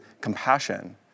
compassion